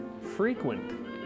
frequent